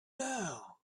now